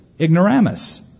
ignoramus